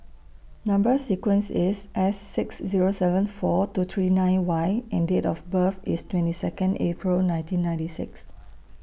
Number sequence IS S six Zero seven four two three nine Y and Date of birth IS twenty Second April nineteen ninety six